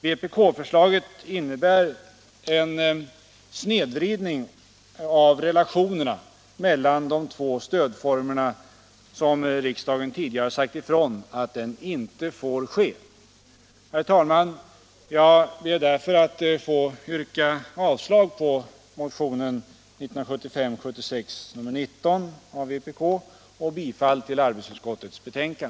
Vpk-förslaget innebär däremot en sådan snedvridning av relationerna mellan de två stödformerna som riksdagen tidigare varnat för. Herr talman! Jag ber att få yrka avslag på motionen 1976/77:19 och bifall till arbetsmarknadsutskottets hemställan.